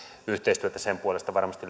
yhteistyötä sen puolesta varmasti